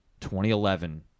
2011